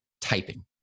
typing